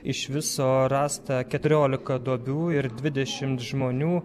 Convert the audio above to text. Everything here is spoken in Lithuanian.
iš viso rasta keturiolika duobių ir dvidešimt žmonių